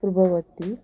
ପୂର୍ବବର୍ତ୍ତୀ